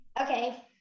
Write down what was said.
okay